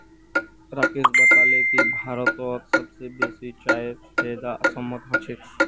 राकेश बताले की भारतत सबस बेसी चाईर पैदा असामत ह छेक